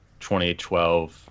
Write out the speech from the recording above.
2012